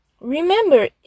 Remember